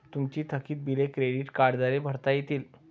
तुमची थकीत बिले क्रेडिट कार्डद्वारे भरता येतील